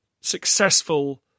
successful